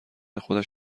خودش